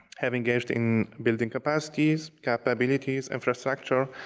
have engaged in building capacities, capabilities, infrastructure,